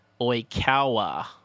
Oikawa